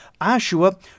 Ashua